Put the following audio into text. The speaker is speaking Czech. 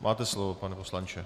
Máte slovo, pane poslanče.